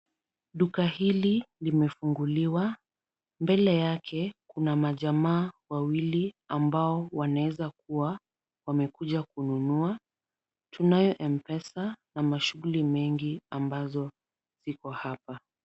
Duka hili limefunguliwa. Mbele yake kuna majamaa wawili ambao wanaweza kuwa wamekuja kununua. Tunayo mpesa na mashughuli mengi ambazo ziko hapa.